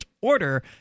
order